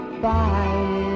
Bye